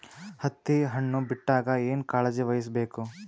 ಹತ್ತಿ ಹಣ್ಣು ಬಿಟ್ಟಾಗ ಏನ ಕಾಳಜಿ ವಹಿಸ ಬೇಕು?